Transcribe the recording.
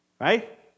Right